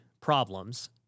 problems